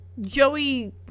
Joey